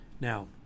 Now